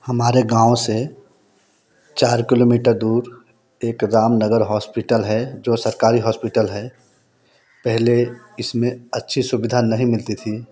हमारे गाँव से चार किलोमीटर दूर एक राम नगर हॉस्पिटल है जो सरकारी हॉस्पिटल है पहले इसमें अच्छी सुविधा नहीं मिलती थी